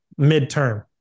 midterm